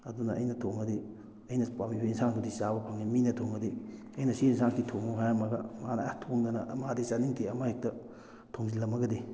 ꯑꯗꯨꯅ ꯑꯩꯅ ꯊꯣꯡꯉꯗꯤ ꯑꯩꯅ ꯄꯥꯝꯃꯤꯕ ꯑꯦꯟꯁꯥꯡꯗꯨꯗꯤ ꯆꯥꯕ ꯐꯪꯉꯦ ꯃꯤꯅ ꯊꯣꯡꯉꯗꯤ ꯑꯩꯅ ꯁꯤꯒꯤ ꯑꯦꯟꯁꯥꯡꯁꯤ ꯊꯣꯡꯉꯨ ꯍꯥꯏꯔꯝꯃꯒ ꯃꯥꯅ ꯑꯥ ꯊꯣꯡꯗꯅ ꯃꯥꯗꯤ ꯆꯥꯅꯤꯡꯗꯦ ꯑꯃ ꯍꯦꯛꯇ ꯊꯣꯡꯖꯤꯜꯂꯝꯃꯒꯗꯤ